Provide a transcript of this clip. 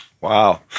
Wow